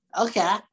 Okay